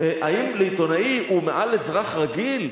האם עיתונאי הוא מעל אזרח רגיל?